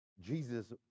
Jesus